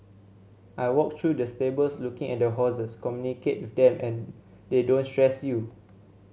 I walk through the stables looking at the horses communicate with them and they don't stress you